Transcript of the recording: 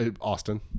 Austin